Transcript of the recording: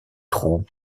trou